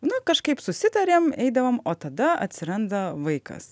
na kažkaip susitarėm eidavom o tada atsiranda vaikas